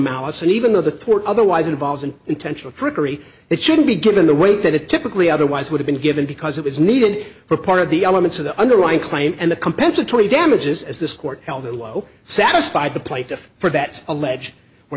malice and even though the tort otherwise involves an intentional trickery it shouldn't be given the weight that it typically otherwise would have been given because it was needed for part of the elements of the underlying claim and the compensatory damages as this court held that low satisfied the plaintiff for that allege were